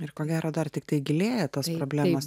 ir ko gero dar tiktai gilėja tos problemos